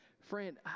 Friend